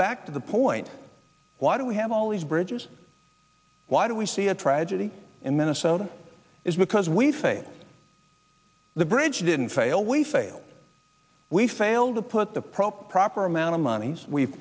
back to the point why do we have all these bridges why do we see a tragedy in minnesota is because we face the bridge didn't fail we failed we failed to put the pro proper amount of monies we